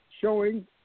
showing